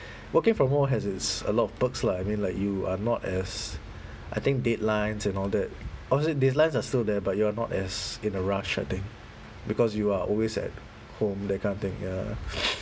working from home has its a lot of perks lah I mean like you are not as I think deadlines and all that all these deadlines are still there but you're not as in a rush I think because you are always at home that kind of thing ya